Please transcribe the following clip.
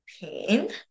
pain